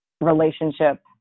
relationship